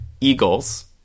Eagles